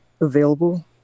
available